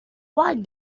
why